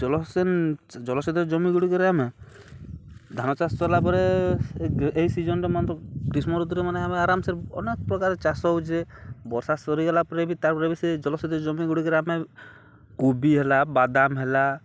ଜଲସେଚନ ଜଲସେଚୀତ ଜମି ଗୁଡ଼ିକରେ ଆମେ ଧାନ ଚାଷ ଚଲା ପରେ ଏଇ ସିଜନ୍ରେ ମାନେ ଗ୍ରୀଷ୍ମ ଋତୁରେ ମାନେ ଆମେ ଆରାମସେ ଅନେକ ପ୍ରକାର ଚାଷ ହଉଚେ ବର୍ଷା ସରିଗଲା ପରେ ବି ତାପରେ ବି ସେ ଜଲସେଚୀତ ଜମିଗୁଡ଼ିକରେ ଆମେ କୋବି ହେଲା ବାଦାମ ହେଲା